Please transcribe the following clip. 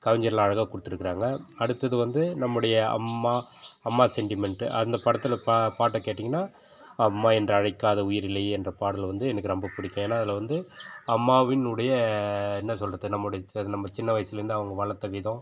கவிஞர்கள் அழகா கொடுத்துருக்குறாங்க அடுத்தது வந்து நம்முடைய அம்மா அம்மா செண்டிமெண்ட் அந்த படத்தில் பா பாட்டை கேட்டிங்கன்னால் அம்மா என்று அழைக்காத உயிர் இல்லையே அந்த பாடல் வந்து எனக்கு ரொம்ப பிடிக்கும் ஏனால் அதில் வந்து அம்மாவினுடைய என்ன சொல்வது நம்முடைய நம்ம சின்ன வயசுலேருந்து அவங்க வளர்த்த விதம்